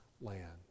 land